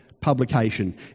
publication